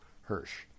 Hirsch